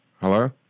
Hello